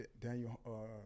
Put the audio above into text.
Daniel